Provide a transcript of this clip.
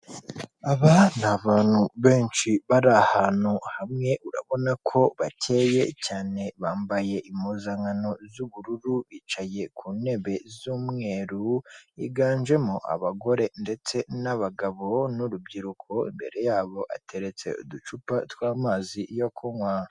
Aba ni abantu benshi bari ahantu hamwe urabona ko bakeye cyane bambaye impuzankano z'ubururu bicaye ku ntebe z'umweru, higanjemo abagore ndetse n'abagabo n'urubyiruko imbere yabo hateretse uducupa tw'amazi yo kunywa.